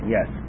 Yes